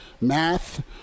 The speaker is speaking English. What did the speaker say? math